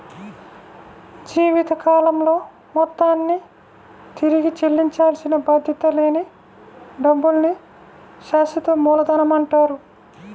జీవితకాలంలో మొత్తాన్ని తిరిగి చెల్లించాల్సిన బాధ్యత లేని డబ్బుల్ని శాశ్వత మూలధనమంటారు